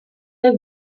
der